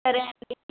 సరే అండి